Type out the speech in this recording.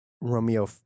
Romeo